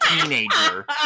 teenager